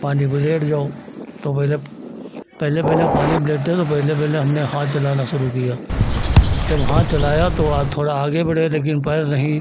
पानी पर लेट जाओ तो मेरा पहले पहले हम पानी पर लेटे तो पहले पहले हमने हाथ चलाना शुरू किया जब हाथ चलाया तो थोड़ा आगे बढ़े लेकिन पैर नहीं